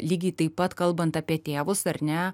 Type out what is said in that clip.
lygiai taip pat kalbant apie tėvus ar ne